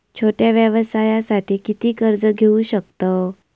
छोट्या व्यवसायासाठी किती कर्ज घेऊ शकतव?